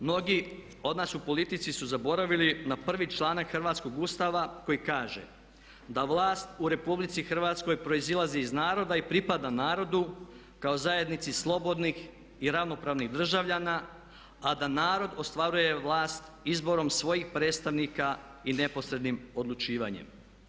Mnogi od nas u politici su zaboravili na prvi članak hrvatskog Ustava koji kaže da vlast u RH proizlazi iz naroda i pripada narodu kao zajednici slobodnih i ravnopravnih državljana a da narod ostvaruje vlast izborom svojih predstavnika i neposrednim odlučivanje.